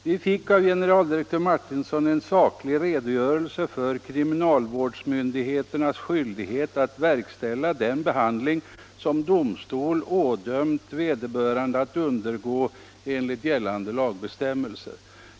Vi fick av generaldirektör Martinsson en saklig redogörelse för kriminalvårdsmyndigheternas skyldighet att verkställa den behandling som domstol ådömt vederbörande att undergå enligt gällande lagbestämmelser.